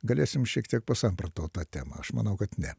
galėsim šiek tiek pasamprotaut ta tema aš manau kad ne